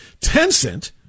Tencent